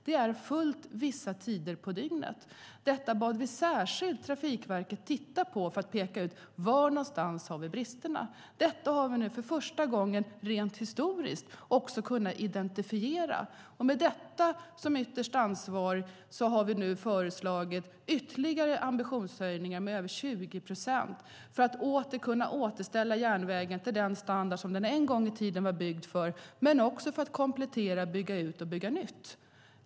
Det är fullt vissa tider på dygnet. Vi bad Trafikverket att särskilt titta på det för att peka ut var vi har bristerna. Detta har vi också för första gången rent historiskt kunnat identifiera. Därför har vi nu föreslagit ytterligare ambitionshöjningar med över 20 procent för att kunna återställa järnvägen till den standard som den en gång i tiden hade och för att komplettera, bygga ut och bygga nytt.